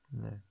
No